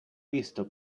visto